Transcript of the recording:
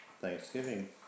thanksgiving